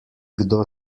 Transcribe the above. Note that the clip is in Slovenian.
kdo